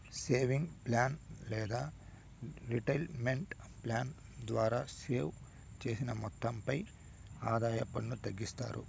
savings plan లేదా retirement plan ద్వారా save చేసిన మొత్తంపై ఆదాయ పన్ను తగ్గిస్తారు